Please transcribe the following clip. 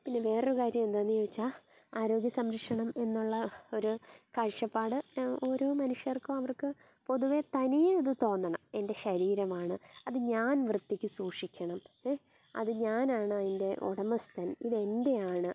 പിന്നെ വേറൊരു കാര്യം എന്താണെന്ന് ചോദിച്ചാൽ ആരോഗ്യ സംരക്ഷണം എന്നുള്ള ഒരു കാഴ്ചപ്പാട് ഓരോ മനുഷ്യർക്കും അവർക്ക് പൊതുവേ തനിയെ അത് തോന്നണം എൻ്റെ ശരീരമാണ് അത് ഞാൻ വൃത്തിക്ക് സൂക്ഷിക്കണം അത് ഞാനാണ് അതിൻ്റെ ഉടമസ്ഥൻ ഇതെൻ്റെയാണ്